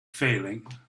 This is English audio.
failing